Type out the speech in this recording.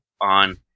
on